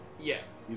yes